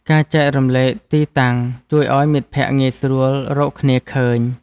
ការចែករំលែកទីតាំង ជួយឱ្យមិត្តភក្តិងាយស្រួលរកគ្នាឃើញ។